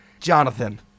Jonathan